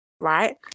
right